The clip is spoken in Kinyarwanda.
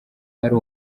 ari